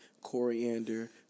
coriander